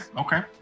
okay